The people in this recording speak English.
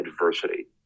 adversity